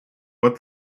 but